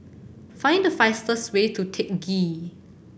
find the fastest way to Teck Ghee